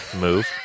move